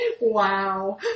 wow